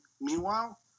meanwhile